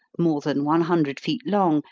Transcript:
more than one hundred feet long,